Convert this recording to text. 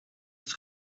het